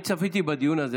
אני צפיתי בדיון הזה,